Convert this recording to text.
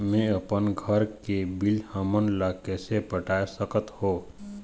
मैं अपन घर के बिल हमन ला कैसे पटाए सकत हो?